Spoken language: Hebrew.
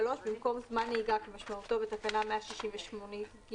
במקום "זמן נהיגה כמשמעותו בתקנה 168(ג)